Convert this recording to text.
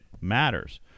matters